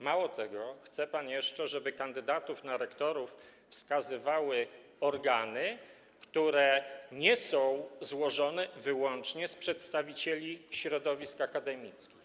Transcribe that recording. Mało tego, chce pan jeszcze, żeby kandydatów na rektorów wskazywały organy, które nie są złożone wyłącznie z przedstawicieli środowisk akademickich.